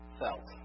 felt